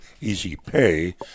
easy-pay